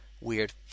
Weird